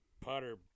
Potter